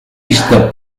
lista